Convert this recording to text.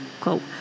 quote